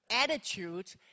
attitude